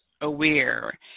aware